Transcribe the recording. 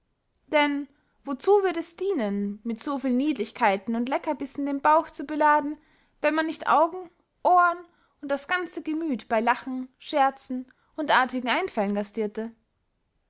denn wozu würd es dienen mit so vielen niedlichkeiten und leckerbissen den bauch zu beladen wenn man nicht augen ohren und das ganze gemüth bey lachen scherzen und artigen einfällen gastierte